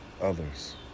others